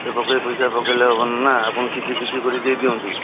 ସେ ବକେୟା ପଇସା ପକେଇଲେ ହବନି ନା ଆପଣ କିଛି କିଛି କରି ଦେଇଦିଅନ୍ତୁ